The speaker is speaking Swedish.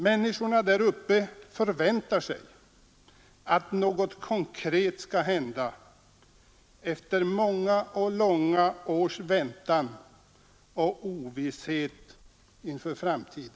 Människorna där uppe förväntar sig att något konkret skall hända efter många och långa års väntan och ovisshet inför framtiden.